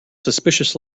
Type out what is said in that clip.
suspicious